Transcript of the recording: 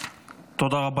אנשים נחושים,